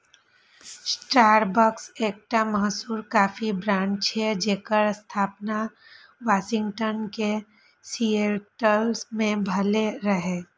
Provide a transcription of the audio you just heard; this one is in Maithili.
स्टारबक्स एकटा मशहूर कॉफी ब्रांड छियै, जेकर स्थापना वाशिंगटन के सिएटल मे भेल रहै